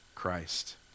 christ